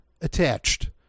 attached